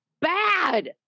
bad